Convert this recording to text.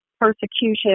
persecution